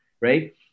right